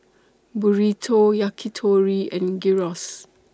Burrito Yakitori and Gyros